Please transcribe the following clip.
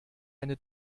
eine